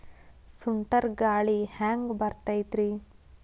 ಸುಂಟರ್ ಗಾಳಿ ಹ್ಯಾಂಗ್ ಬರ್ತೈತ್ರಿ?